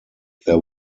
there